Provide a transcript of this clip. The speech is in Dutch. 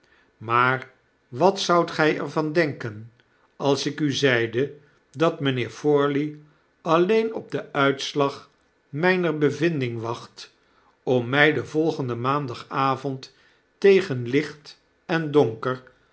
maar wat zoudt gij er van denken als ik u zeide dat mynheer forley alleen op den uitslag mijner bevinding wacht om my den volgenden maandagavond tegen licht en donker